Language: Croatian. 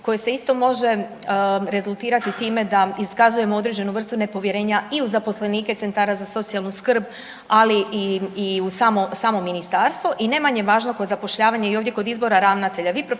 koje se isto može, rezultirati time da iskazujemo određenu vrstu nepovjerenja i u zaposlenike centara za socijalnu skrb, ali i u samo Ministarstvo, i ne manje važno, kod zapošljavanja i ovdje kod izbora ravnatelja,